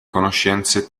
conoscenze